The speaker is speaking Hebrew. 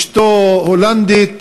אשתו הולנדית,